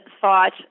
thought